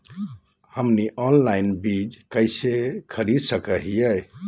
हमनी ऑनलाइन बीज कइसे खरीद सको हीयइ?